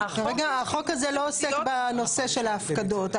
החוק הזה לא עוסק בנושא של ההפקדות.